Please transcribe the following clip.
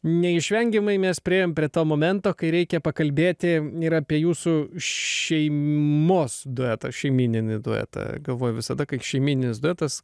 neišvengiamai mes priėjom prie to momento kai reikia pakalbėti ir apie jūsų šeimos duetą šeimyninį duetą galvoju visada kai šeimyninis duetas